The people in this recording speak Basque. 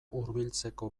hurbiltzeko